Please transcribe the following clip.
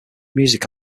music